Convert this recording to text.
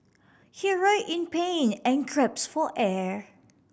he writhed in pain and for air